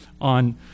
on